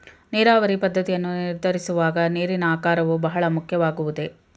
ನೀರಾವರಿ ಪದ್ದತಿಯನ್ನು ನಿರ್ಧರಿಸುವಾಗ ನೀರಿನ ಆಕಾರವು ಬಹಳ ಮುಖ್ಯವಾಗುವುದೇ?